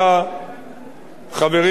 חברי חבר הכנסת אלסאנע,